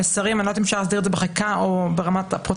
שהמסרים אני לא יודעת אם אפשר להסדיר את זה בחקיקה או ברמת הפרוטוקול